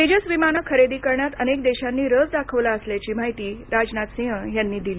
तेजस विमानं खरेदी करण्यात अनेक देशांनी रस दाखवला असल्याची माहिती राजनाथ सिंग यांनी दिली